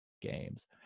games